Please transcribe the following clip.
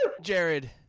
Jared